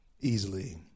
easily